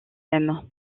même